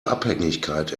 abhängigkeit